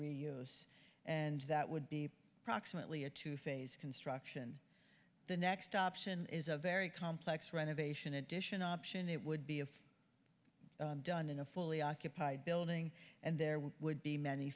reuse and that would be approximately a two phase construction the next option is a very complex renovation addition option it would be if done in a fully occupied building and there would be many